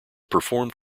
performed